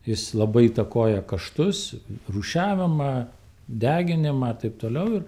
jis labai įtakoja kaštus rūšiavimą deginimą taip toliau ir